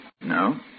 No